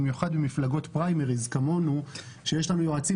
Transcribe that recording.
במיוחד במפלגות פריימריז כמונו שיש לנו יועצים